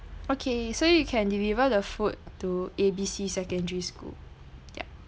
okay so you can deliver the food to A B C secondary school yup